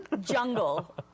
Jungle